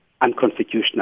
unconstitutional